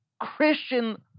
Christian